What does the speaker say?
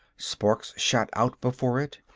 sparks shot out before it.